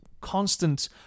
constant